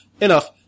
Enough